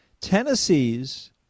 Tennessee's